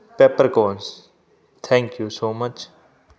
peppercorns thank you so much